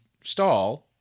stall